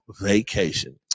Vacation